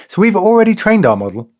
we've already trained our model.